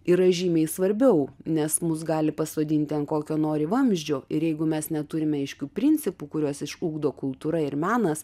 yra žymiai svarbiau nes mus gali pasodinti ant kokio nori vamzdžio ir jeigu mes neturime aiškių principų kuriuos išugdo kultūra ir menas